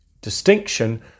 distinction